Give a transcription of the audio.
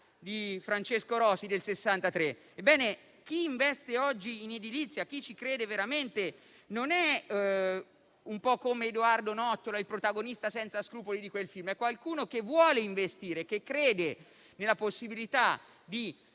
di Francesco Rosi, del 1963. Ebbene, chi investe oggi in edilizia e ci crede veramente non è come Edoardo Nottola, il protagonista senza scrupoli di quel film, ma qualcuno che vuole investire e crede nella possibilità di